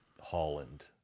Holland